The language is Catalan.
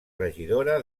regidora